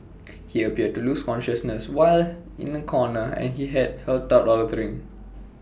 he appeared to lose consciousness while in A corner and he had helped out of the ring